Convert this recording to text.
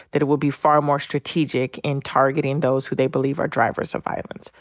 that it will be far more strategic in targeting those who they believe are drivers of violence.